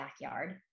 backyard